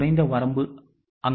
குறைந்த வரம்பு அங்கு உள்ளது